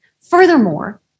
Furthermore